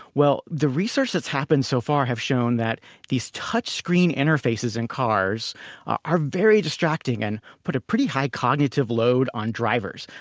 well, the research that's happened so far have shown that these touch screen interfaces in cars are very distracting and put a pretty high cognitive load on drivers.